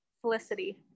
Felicity